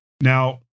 Now